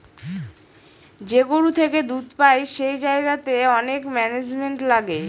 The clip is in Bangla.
যে গরু থেকে দুধ পাই সেই জায়গাতে অনেক ম্যানেজমেন্ট লাগে